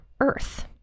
earth